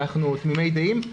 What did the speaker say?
אנחנו תמימי דעים.